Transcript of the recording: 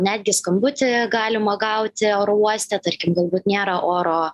netgi skambutį galima gauti oro uoste tarkim galbūt nėra oro